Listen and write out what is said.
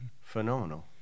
phenomenal